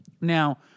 Now